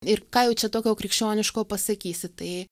ir ką jau čia tokio krikščioniško pasakysi tai